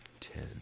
ten